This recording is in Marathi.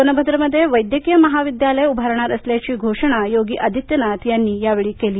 सोनभद्रमध्ये वैद्यकीय महाविद्यालय उभारणार असल्याची घोषणा योगी आदित्यनाथ यांनी यावेळी केली